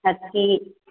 বাকী